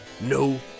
no